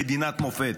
למדינת מופת.